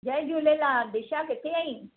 जय झूलेलाल दिशा किथे आहीं